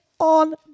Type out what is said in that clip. on